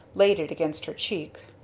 laid it against her cheek.